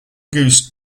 goose